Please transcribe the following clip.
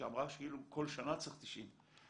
שאמרה כאילו כל שנה צריך 90,